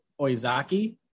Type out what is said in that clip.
Oizaki